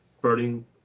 burning